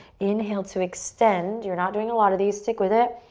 inhale to extend. you're not doing a lot of these, stick with it.